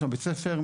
יש בית ספר,